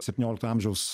septyniolikto amžiaus